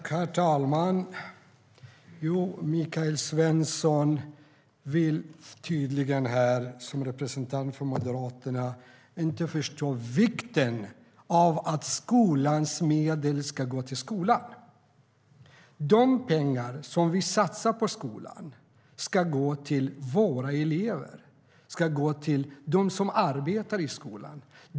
Herr talman! Michael Svensson vill tydligen som representant för Moderaterna inte förstå vikten av att skolans medel ska gå till skolan. De pengar som satsas på skolan ska gå till våra elever och till dem som arbetar i skolan.